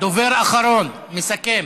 דובר אחרון, מסכם.